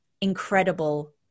incredible